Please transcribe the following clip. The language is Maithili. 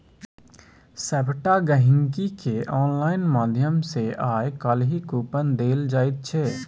सभटा गहिंकीकेँ आनलाइन माध्यम सँ आय काल्हि कूपन देल जाइत छै